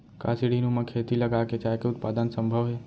का सीढ़ीनुमा खेती लगा के चाय के उत्पादन सम्भव हे?